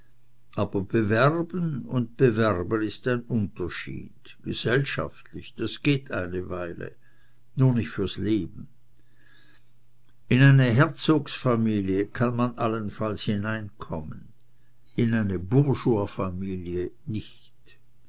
aber bewerben und bewerben ist ein unterschied gesellschaftlich das geht eine weile nur nicht fürs leben in eine herzogsfamilie kann man allenfalls hineinkommen in eine bourgeoisfamilie nicht